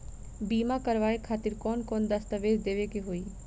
बीमा करवाए खातिर कौन कौन दस्तावेज़ देवे के होई?